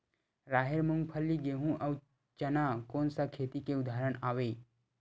राहेर, मूंगफली, गेहूं, अउ चना कोन सा खेती के उदाहरण आवे?